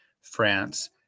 France